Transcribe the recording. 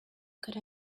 could